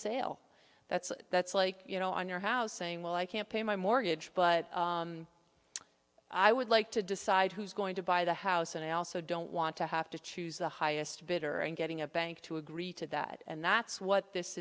sale that's that's like you know on your house saying well i can't pay my mortgage but i would like to decide who's going to buy the house and i also don't want to have to choose the highest bidder and getting a bank to agree to that and that's